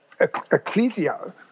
ecclesia